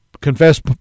confess